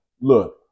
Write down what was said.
look